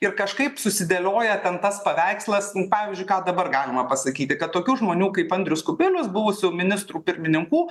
ir kažkaip susidėlioja ten tas paveikslas pavyzdžiui ką dabar galima pasakyti kad tokių žmonių kaip andrius kubilius buvusių ministrų pirmininkų